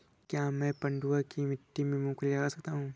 क्या मैं पडुआ की मिट्टी में मूँगफली लगा सकता हूँ?